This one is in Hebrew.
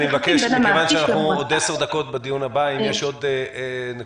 מכיוון שעוד עשר דקות אנחנו עוברים לדיון הבא,